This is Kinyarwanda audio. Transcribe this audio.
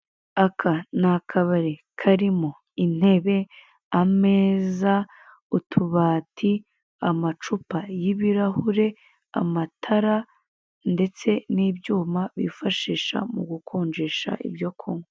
Aka ni akabari karimo intebe, imeza, utubati, amacupa y'ibirahure, amatara ndetse n'ibyuma bifashisha mu gukonjesha ibyo kunywa.